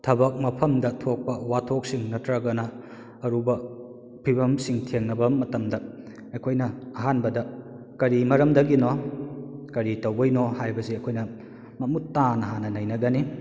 ꯊꯕꯛ ꯃꯐꯝꯗ ꯊꯣꯛꯄ ꯋꯥꯊꯣꯛꯁꯤꯡ ꯅꯠꯇ꯭ꯔꯒꯅ ꯑꯔꯨꯕ ꯐꯤꯕꯝꯁꯤꯡ ꯊꯦꯡꯅꯕ ꯃꯇꯝꯗ ꯑꯩꯈꯣꯏꯅ ꯑꯍꯥꯟꯕꯗ ꯀꯔꯤ ꯃꯔꯝꯗꯒꯤꯅꯣ ꯀꯔꯤ ꯇꯧꯕꯩꯅꯣ ꯍꯥꯏꯕꯁꯦ ꯑꯩꯈꯣꯏꯅ ꯃꯃꯨꯠꯇꯥꯅ ꯍꯥꯟꯅ ꯅꯩꯅꯒꯅꯤ